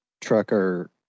trucker